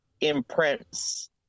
imprints